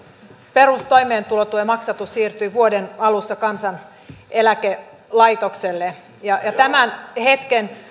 perustoimeentulotuen maksatus siirtyi vuoden alussa kansaneläkelaitokselle ja tämän hetken